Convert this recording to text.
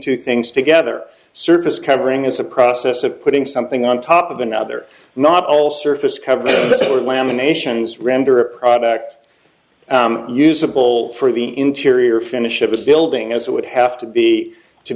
two things together service covering is a process of putting something on top of another not all surface cover letter laminations render a product usable for the interior finish of a building as it would have to be to